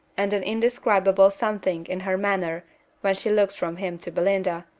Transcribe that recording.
and an indescribable something in her manner when she looked from him to belinda,